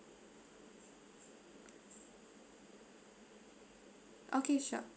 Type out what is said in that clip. okay sure